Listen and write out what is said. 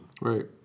right